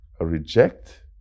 reject